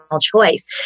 choice